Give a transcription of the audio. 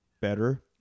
better